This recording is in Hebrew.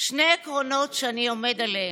"שני עקרונות שאני עומד עליהם,